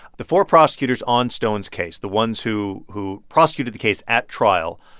the four prosecutors on stone's case, the ones who who prosecuted the case at trial,